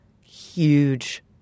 huge